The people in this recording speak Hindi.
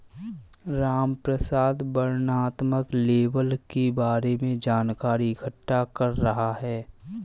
रामप्रसाद वर्णनात्मक लेबल के बारे में जानकारी इकट्ठा कर रहा है